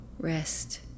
Rest